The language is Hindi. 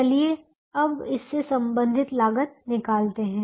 चलिए अब इससे संबंधित लागत निकालते हैं